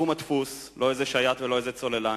מתחום הדפוס, לא איזה שייט ולא איזה צוללן,